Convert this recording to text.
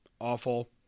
awful